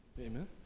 Amen